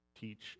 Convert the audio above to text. teach